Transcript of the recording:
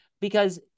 because-